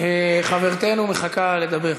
חברתנו מחכה לדבר.